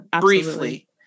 briefly